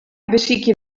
besykje